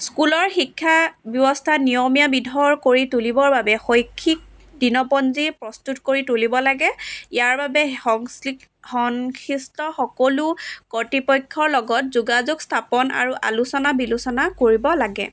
স্কুলৰ শিক্ষা ব্যৱস্থা নিয়মীয়া বিধৰ কৰি তুলিবৰ বাবে শৈক্ষিক দীনপঞ্জী প্ৰস্তুত কৰি তুলিব লাগে ইয়াৰ বাবে সংশ্লি সনখিষ্ট সকলো কৰ্তৃপক্ষৰ লগত যোগাযোগ স্থাপন আৰু আলোচনা বিলোচনা কৰিব লাগে